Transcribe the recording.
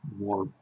more